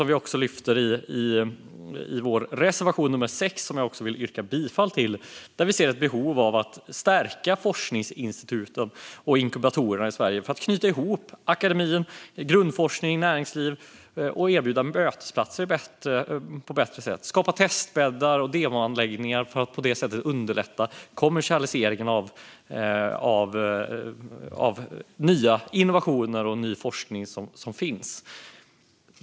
I reservation 6, som jag vill yrka bifall till, skriver vi om ett stort behov av att stärka forskningsinstituten och inkubatorerna i Sverige för att knyta ihop akademi, grundforskning och näringsliv och erbjuda mötesplatser på ett bättre sätt. Det handlar också om att skapa testbäddar och demoanläggningar för att på det sättet underlätta kommersialiseringen av nya innovationer och ny forskning.